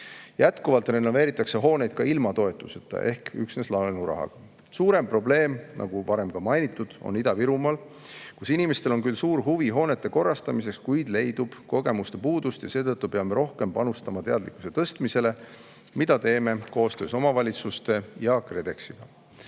Jätkuvalt renoveeritakse hooneid ka ilma toetuseta ehk üksnes laenurahaga. Suurem probleem, nagu varem juba mainitud, on Ida-Virumaal, kus inimestel on suur huvi hoonete korrastamiseks, kuid kogemusi [ei pruugi] olla ja seetõttu peame rohkem panustama teadlikkuse tõstmisele, mida teeme koostöös omavalitsuste ja KredExiga.